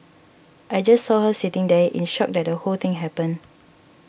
I just saw her sitting there in shock that the whole thing happened